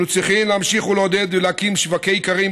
אנו צריכים להמשיך ולעודד ולהקים שוקי איכרים,